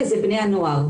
וזה בני הנוער.